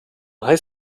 high